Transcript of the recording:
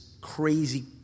crazy